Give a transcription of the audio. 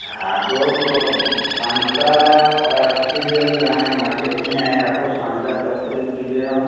ᱟᱫᱚ ᱥᱟᱱᱛᱟᱲ ᱯᱟᱹᱨᱥᱤ ᱨᱮᱱ ᱡᱟᱦᱟᱸᱭ ᱢᱟᱪᱮᱫ ᱢᱮᱱᱟᱭᱟ ᱟᱵᱚ ᱥᱟᱱᱛᱟᱲ ᱯᱟᱹᱨᱥᱤ ᱨᱮᱱ ᱜᱤᱫᱽᱨᱟᱹ ᱦᱚᱸ